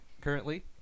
currently